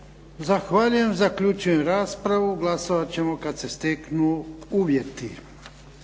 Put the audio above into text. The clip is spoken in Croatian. Zahvaljujem. Zaključujem raspravu. Glasovat ćemo kad se steknu uvjeti.